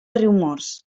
riumors